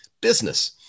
business